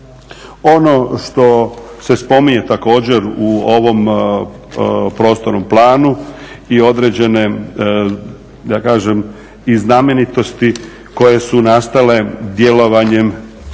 Ono što se spominje također u ovom prostornom planu i određene da kažem i znamenitosti koje su nastale djelovanjem